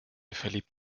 verliebt